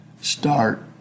Start